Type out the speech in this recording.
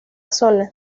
zona